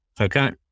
Okay